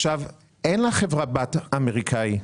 אין לה חברת בת אמריקאית.